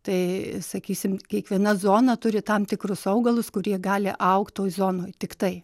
tai sakysim kiekviena zona turi tam tikrus augalus kurie gali augt toj zonoj tiktai